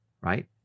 right